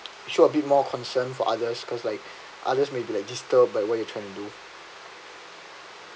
show a bit more concern for others because like others may be like disturbed by what you are trying to do